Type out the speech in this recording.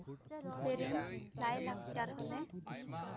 ᱥᱮᱨᱮᱧ ᱞᱟᱭᱼᱞᱟᱠᱪᱟᱨ ᱦᱚᱸᱞᱮ